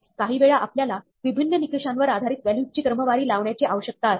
काहीवेळा आपल्याला विभिन्न निकषांवर आधारित व्हॅल्यूज ची क्रमवारी लावण्याची आवश्यकता असते